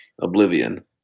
oblivion